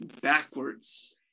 backwards